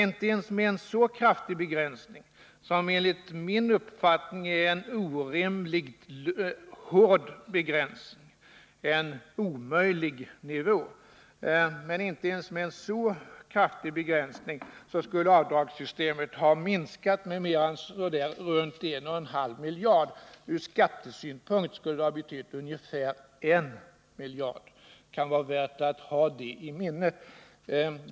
Inte ens med en så kraftig begränsning, som enligt min uppfattning är en orimligt hård begränsning på en omöjlig nivå, skulle avdragen ha minskat med mer än runt 1,5 miljard. Ur skattesynpunkt skulle det ha betytt ungefär 1 miljard. Det kan vara värt att ha det i minnet.